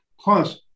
Plus